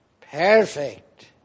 perfect